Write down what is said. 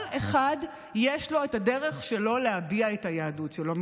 כל אחד יש לו את הדרך שלו להביע את היהדות שלו,